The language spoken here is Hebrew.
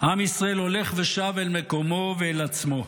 עם ישראל הולך ושב אל מקומו ואל עצמו.